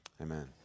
Amen